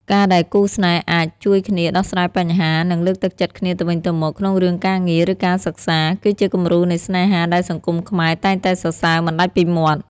ការដែលគូស្នេហ៍អាច "ជួយគ្នាដោះស្រាយបញ្ហា" និងលើកទឹកចិត្តគ្នាទៅវិញទៅមកក្នុងរឿងការងារ ឬការសិក្សា គឺជាគំរូនៃស្នេហាដែលសង្គមខ្មែរតែងតែសរសើរមិនដាច់ពីមាត់។